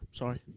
sorry